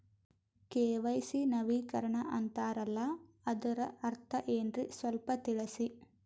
KYC ನವೀಕರಣ ಅಂತಾರಲ್ಲ ಅದರ ಅರ್ಥ ಏನ್ರಿ ಸ್ವಲ್ಪ ತಿಳಸಿ?